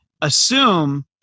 Assume